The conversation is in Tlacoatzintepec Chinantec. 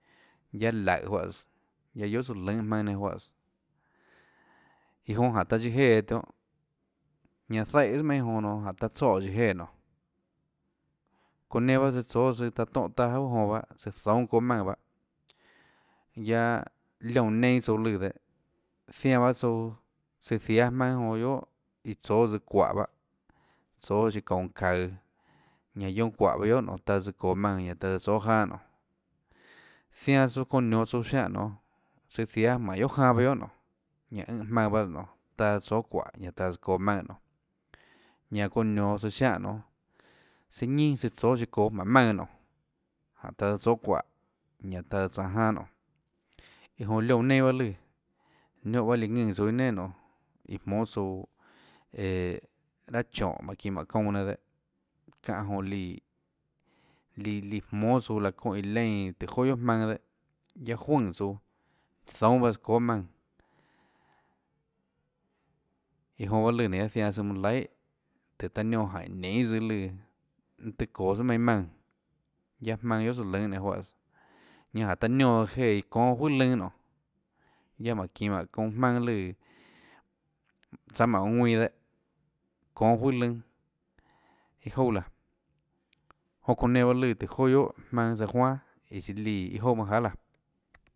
Guiaâ laùhå juáhãs guiaâ guiohà søã lønhâ jmaønâ nenã juáhãs iã jonã jáhå taã siã jéãs tionhâ ñanã ziáhãs tsùàmienhâ jonå nonê jáhå taã tsoè síå jéã nonê çonã nenã bahâ søã tsóâ søã taã tóhã taâ juaà jonã bahâ søã zoúnâ çóâ maùnã bahâ guiaâ liónã nenâ bahâ tsouã lùã dehâ zianã bahâ tsouã tsøã jiánâ jmaønâ jonã iã tsóâ tsøã çuáhå bahâ tsóâ siã çonå çaøå ñanã guionâ çuáhå bahâ tsøã guiohà nonê taã tsøã çoå maùnã ñanã taã tsøã tsóâ janâ nonê zianã tsouã çounã nionå tsouã ziáhã nonê søã jiáâ jmáhå guiohà janâ bahâ guiohà nonê ñanã ùnhã jmaønã bahâ nonê taã tsøã tsóâ çuáhå ñanã taã tsøã çoå maùnã nonê ñanã çounã nionå tsøã ziánhã nonê søã ñinà søã tsóâ siã ðoå jmánhå maùnã nonê jánhå taã tsøã tsóâ çuáhå ñanã taã tsøã tsanå janâ nonê iã jonã liónã nenâ bahâ lùã niónhã bahâ líã ðùnã iâ nenà nonê iã jmónâ tsouã õõõå raâ chónhå jmánhå çinå jmánhå çounã nenã dehâ çánhã jonã líã líã líã jmónâ tsouã laã çónhã iã leínã tùhå joà guiohà jmaønâ dehâ guiaâ juønè tsouã zoúnâs bahâs ðóâ maùnã iã jonã bahâ lùã nénå guiaâ zianã tsøã manã laihà tùhå taã niónã jaínhå ninê tsøã lùã mønâ tøhê çoå tsùà meinhâ maùnã guiaâ jmaønâ guiohà tsøã lønhâ nenå juáhãs ñanã jáhå taã niónã jéãs iã çónâ juøà lønâ nonê guiaâ jmánhã çinå jmánhå çounã jmaønâ lùã tsánâ jmánhå ðuinã dehâ çónâ juøà lønâ iâ jouà laã jonã çounã nenã bahâ lùã guiohà tùhå joà guiohà jmaønâ sa juan iã siã líã iâ jouà manâ jahà laã.